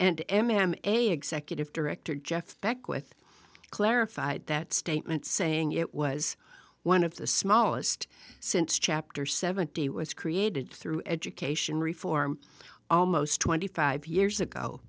and m m a executive director jeff beckwith clarified that statement saying it was one of the smallest since chapter seventy was created through education reform almost twenty five years ago